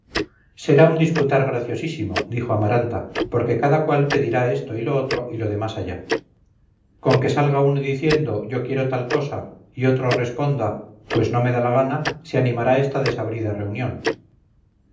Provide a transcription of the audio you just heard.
será un disputar graciosísimo dijo amaranta porque cada cual pedirá esto y lo otro y lo de más allá conque salga uno diciendo yo quiero tal cosa y otro responda pues no me da la gana se animará esta desabrida reunión